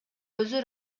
өзү